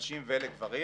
לנשים ולגברים,